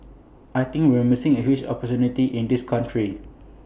I think we're missing A huge opportunity in this country